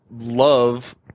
love